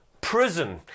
prison